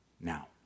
now